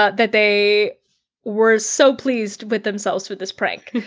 ah that they were so pleased with themselves with this prank.